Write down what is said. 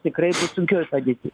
tikrai bus sunkioj padėty